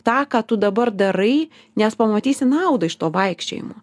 tą ką tu dabar darai nes pamatysi naudą iš to vaikščiojimo